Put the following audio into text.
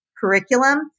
curriculum